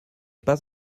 pas